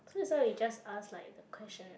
so this one we just ask like the questions